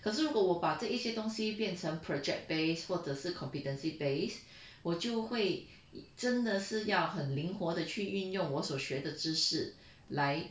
可是如果我把这一些东西变成 project based 或者是 competency base 我就会真的是要很灵活的去运用我所学的知识来